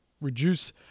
reduce